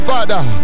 Father